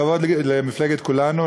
כבוד למפלגת כולנו,